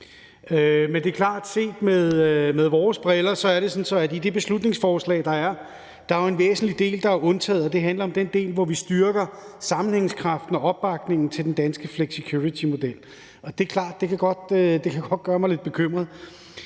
Men det er klart, at set med vores briller er det sådan, at i det beslutningsforslag, der er, er der jo en væsentlig del, der er undtaget, og det handler om den del, hvor vi styrker sammenhængskraften og opbakningen til den danske flexicuritymodel. Det er klart, at det godt kan gøre mig lidt bekymret.